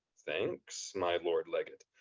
thanks, my lord legate,